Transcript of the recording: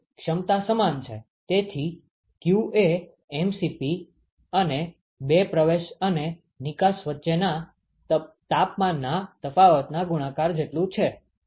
તેથી q એ mCp અને બે પ્રવેશ અને નિકાશ વચ્ચેના તાપમાનના તફાવતના ગુણાકાર જેટલું છે